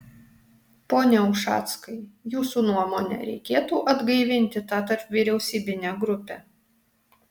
pone ušackai jūsų nuomone reikėtų atgaivinti tą tarpvyriausybinę grupę